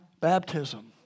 baptism